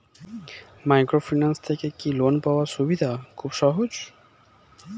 Microfinance থেকে কি loan পাওয়ার সুবিধা খুব সহজ?